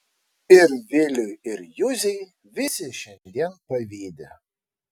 ir viliui ir juzei visi šiandien pavydi